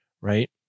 Right